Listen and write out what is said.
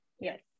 yes